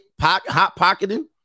hot-pocketing